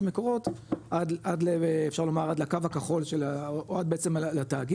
מקורות עד שאפשר לומר עד לקו הכחול של או עד בעצם לתאגיד,